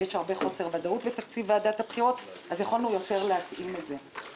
יש הרבה חוסר ודאות בתקציב ועדת הבחירות - ולהתאים את זה.